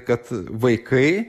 kad vaikai